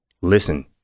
listen